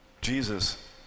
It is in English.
Jesus